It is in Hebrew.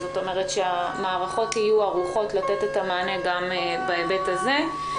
כלומר שהמערכות יהיו ערוכות לתת מענה גם בהיבט הזה.